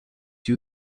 you